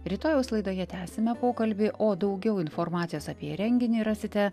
rytojaus laidoje tęsime pokalbį o daugiau informacijos apie renginį rasite